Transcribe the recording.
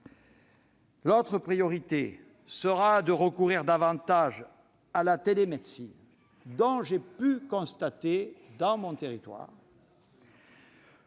L'autre priorité est de recourir davantage à la télémédecine, dont j'ai pu constater dans mon territoire